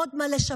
עוד מה לשפר,